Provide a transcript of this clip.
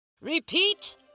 Repeat